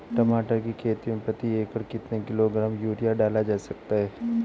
टमाटर की खेती में प्रति एकड़ कितनी किलो ग्राम यूरिया डाला जा सकता है?